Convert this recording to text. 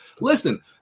Listen